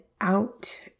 out